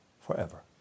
forever